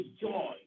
joy